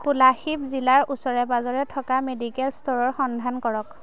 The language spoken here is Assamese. কোলাশিব জিলাত ওচৰে পাঁজৰে থকা মেডিকেল ষ্ট'ৰৰ সন্ধান কৰক